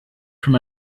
from